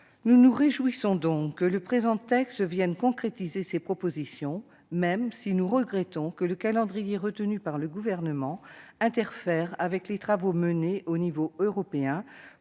Nous nous réjouissons que le présent texte vienne concrétiser ces propositions, même si nous regrettons que le calendrier retenu par le Gouvernement interfère avec les travaux menés au niveau européen,